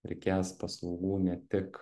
reikės paslaugų ne tik